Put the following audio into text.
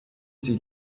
sie